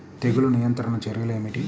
తెగులు నియంత్రణ చర్యలు ఏమిటి?